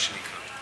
מה שנקרא.